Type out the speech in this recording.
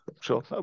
sure